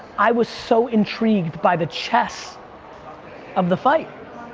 i was so intrigued by the chess of the fight.